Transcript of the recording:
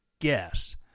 guess